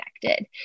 connected